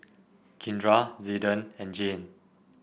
Kindra Zayden and Jayne